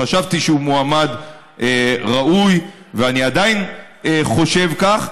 חשבתי שהוא מועמד ראוי ואני עדיין חושב כך.